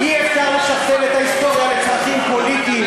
אי-אפשר לשכתב את ההיסטוריה לצרכים פוליטיים.